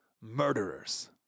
murderers